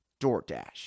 DoorDash